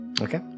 Okay